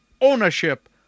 ownership